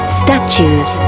statues